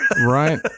Right